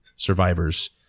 survivors